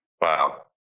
Wow